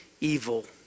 evil